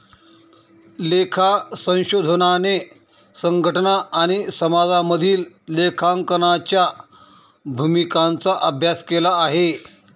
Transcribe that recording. लेखा संशोधनाने संघटना आणि समाजामधील लेखांकनाच्या भूमिकांचा अभ्यास केला आहे